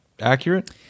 accurate